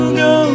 go